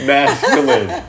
Masculine